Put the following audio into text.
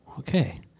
Okay